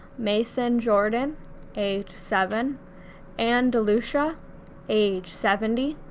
mason jordan age seven ann delucia age seventy,